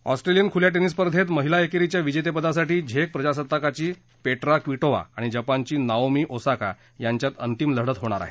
Australian खुल्या tennis स्पर्धेत महिला एकेरीच्या विजेतेपदासाठी झेक प्रजासत्ताकाची पेट्रा क्वीटोव्हा आणि जपानची नाओमी ओसाका यांच्यात अंतिम लढत होणार आहे